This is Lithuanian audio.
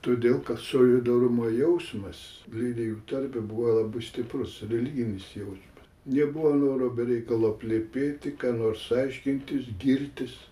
todėl kad solidarumo jausmas leidėjų tarpe buvo labai stiprus religinis jausmas nebuvo noro be reikalo plepėti ką nors aiškintis girtis